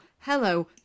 hello